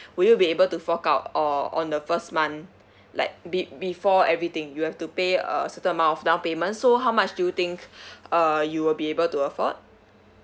would you be able to fork out or on the first month like be~ before everything you have to pay a certain amount of down payment so how much do you think uh you'll be able to afford